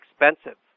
expensive